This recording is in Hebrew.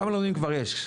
כמה לומדים כבר יש.